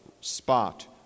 spot